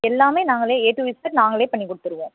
எல்லாமே நாங்களே A to Z நாங்களே பண்ணி கொடுத்துருவோம்